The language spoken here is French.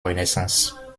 renaissance